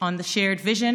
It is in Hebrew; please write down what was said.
על בסיס חזון,